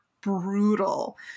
brutal